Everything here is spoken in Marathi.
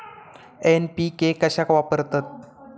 एन.पी.के कशाक वापरतत?